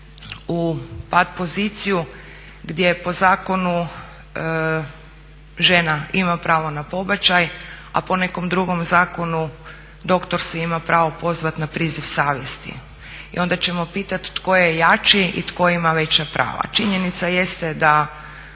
u pat-poziciju gdje po zakonu žena ima pravo na pobačaj, a po nekom drugom zakonu doktor se ima pravo pozvati na priziv savjesti. I onda ćemo pitati tko je jači i tko ima veća prava. Činjenica jeste da